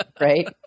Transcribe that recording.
Right